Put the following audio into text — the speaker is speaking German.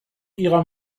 ihrer